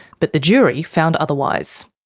but the jury found otherwise.